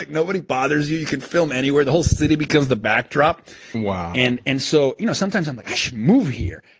like nobody bothers you. you can film anywhere. the whole city becomes the backdrop and and so you know sometimes i'm like i should move here,